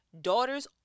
daughters